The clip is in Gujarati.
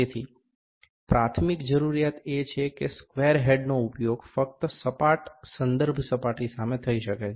તેથી પ્રાથમિક જરૂરિયાત એ છે કે સ્ક્વેર હેડનો ઉપયોગ ફક્ત સપાટ સંદર્ભ સપાટી સામે થઈ શકે છે